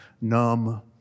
numb